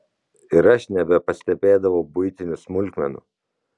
ir aš nebepastebėdavau buitinių smulkmenų